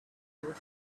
would